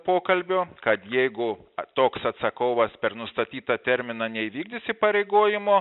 pokalbio kad jeigu toks atsakovas per nustatytą terminą neįvykdys įpareigojimo